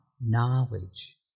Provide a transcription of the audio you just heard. knowledge